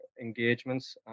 engagements